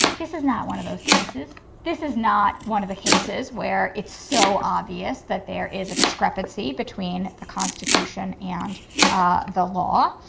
this is not one of those cases this is not one of the cases where it's so obvious that there is a discrepancy between the constitution and the law.